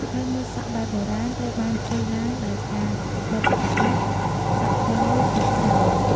ហើយម៉ូតសក់បែបបុរាណត្រូវបានធ្វើឡើងដោយការបិទសក់លិច សក់បោលពីក្រោយ។